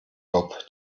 bob